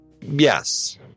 Yes